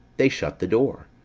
they shut the door,